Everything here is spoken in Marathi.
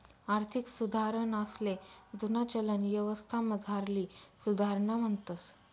आर्थिक सुधारणासले जुना चलन यवस्थामझारली सुधारणा म्हणतंस